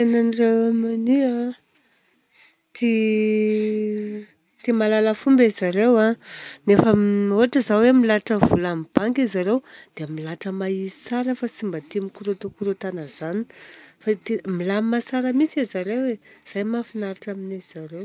Kolontsainan'ny Royaume-Uni a, tia tia malala fomba arizareo a. Rehefa ohatra hoe milahatra vola amin'ny banky arizareo a, dia milahatra mahitsy tsara fa tsy mba tia mikorontakorontana izany fa tia milamina tsara mintsy arizareo e, izay mahafinaritra aminarizareo.